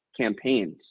campaigns